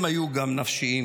הם היו גם נפשיים,